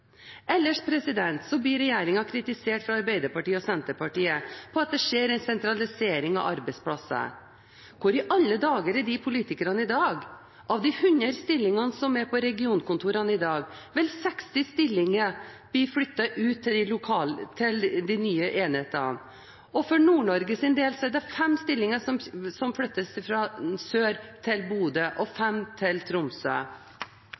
Ellers blir regjeringen kritisert fra Arbeiderpartiet og Senterpartiet for at det skjer en sentralisering av arbeidsplasser. Hvor i alle dager er de politikerne i dag? Av de 100 stillingene som er på regionkontorene i dag, vil 60 stillinger bli flyttet ut til de nye, lokale enhetene. For Nord-Norges del er det fem stillinger som flyttes fra sør til Bodø, og fem til Tromsø.